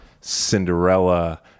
Cinderella